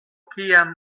kiam